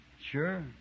Sure